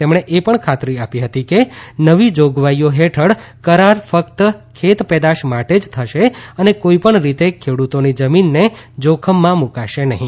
તેમણે એ પણ ખાતરી આપી હતી કે નવી જોગવાઈઓ હેઠળ કરાર ફક્ત ખેત પેદાશ માટે જ થશે અને કોઈ પણ રીતે ખેડૂતોની જમીનને જોખમમાં મૂકશે નહીં